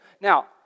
Now